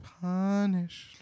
punished